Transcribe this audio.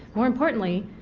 more importantly,